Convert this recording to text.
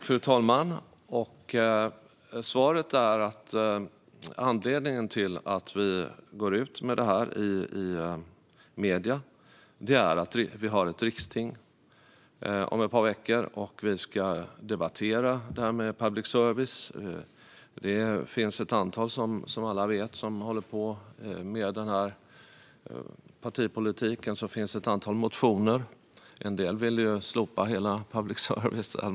Fru talman! Anledningen till att vi går ut med det här i medierna är att vi ska ha riksting om ett par veckor. Då ska vi debattera public service. Det finns, som alla som håller på med partipolitik vet, ett antal motioner i ämnet. En del vill slopa hela public service.